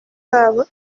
babo